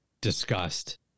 discussed